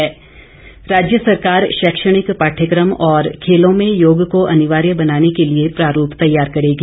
सुरेश भारद्वाज राज्य सरकार शैक्षणिक पाठ्यक्रम और खेलों में योग को अनिवार्य बनाने के लिए प्रारूप तैयार करेगी